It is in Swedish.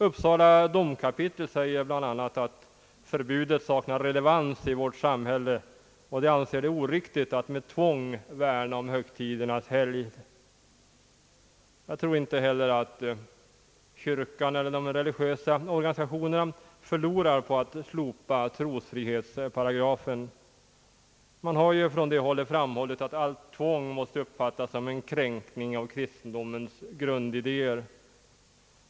Uppsala domkapitel säger bl.a. att förbudet saknar relevans i vårt samhälle och anser det oriktigt att med tvång värna om högtidernas helgd. Jag tror inte heller att kyrkan eller de religiösa organisationerna förlorar på att slopa trosfrihetsparagrafen. Man har från det hållet framhållit, att allt tvång måste uppfattas som en kränkning av kristendomens grundidéer.